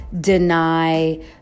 deny